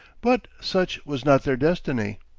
but such was not their destiny.